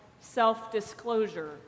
self-disclosure